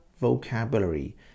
vocabulary